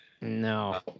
No